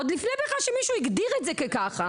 עוד לפני שמישהו בכלל הגדיר זאת כך.